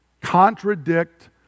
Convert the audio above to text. contradict